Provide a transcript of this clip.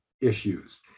issues